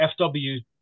FW